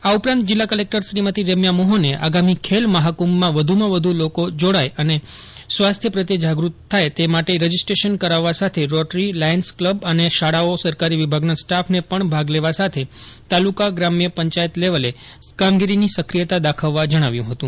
આ ઉપરાંત જિલ્લા કલેકટર શ્રીમતી રેમ્યા મોહને આગાથી ખેલ મહાર્કંભમાં વધુમાં વધુ લોકો જોડાય અને સ્વાસ્થ્ય પ્રત્યે જાગૃત થાય તે માટે રજિસ્ટ્રેશન કરાવવા સાથે રોટરી લાયન્સ કલ્લખ અને શાળાઓ સરકારી વિભાગના સ્ટાફને પણ ભાગ લેવા સાથે તાલુકા શ્રામ પંચાયત લેવલે કામગીરીની સક્રિયતા દાખવવા જષ્માવ્યું હતું